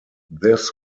this